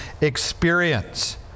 experience